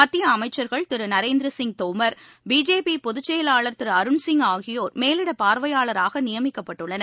மத்திய அமைச்சர்கள் திரு நரேந்திரசிய் தோமர் பிஜேபி பொதுச்செயலாளர் திரு அருண்சிய் ஆகியோர் மேலிட பார்வையாளர்களாக நியமிக்கப்பட்டுள்ளனர்